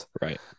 Right